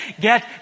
Get